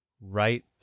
right